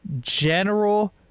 general